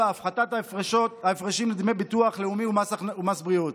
4. הפחתת ההפרשים לדמי ביטוח לאומי ומס בריאות.